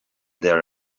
their